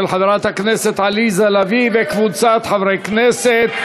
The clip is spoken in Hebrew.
של חברת הכנסת עליזה לביא וקבוצת חברי הכנסת,